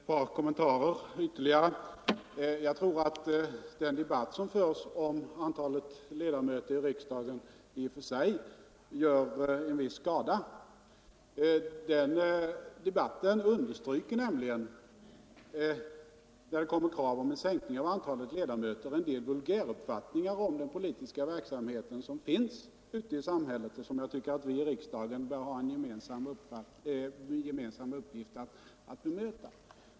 Herr talman! Bara ett par kommentarer ytterligare! Jag tror att den debatt som förs om antalet ledamöter i riksdagen i och för sig gör en viss skada. När det framställs krav om en sänkning av antalet ledamöter understryker nämligen dessa krav en del vulgäruppfattningar som finns ute i samhället om den politiska verksamheten och som jag tycker att vi i riksdagen bör ha som en gemensam uppgift att bemöta.